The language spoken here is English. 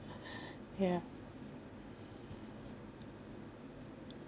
ya